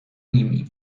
nimi